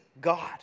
God